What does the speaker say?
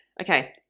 Okay